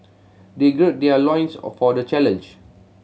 they gird their loins a for the challenge